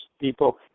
people